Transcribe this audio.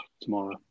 tomorrow